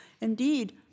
Indeed